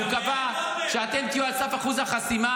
והוא קבע שאתם תהיו על סף אחוז החסימה,